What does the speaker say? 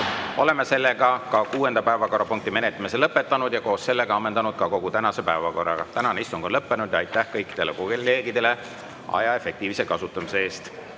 Oleme ka kuuenda päevakorrapunkti menetlemise lõpetanud ja koos sellega ammendanud kogu tänase päevakorra. Tänane istung on lõppenud. Aitäh kõikidele kolleegidele aja efektiivse kasutamise eest!